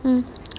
mm